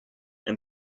and